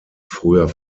früher